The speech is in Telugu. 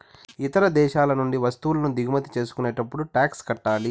ఇతర దేశాల నుండి వత్తువులను దిగుమతి చేసుకునేటప్పుడు టాక్స్ కట్టాలి